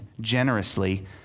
generously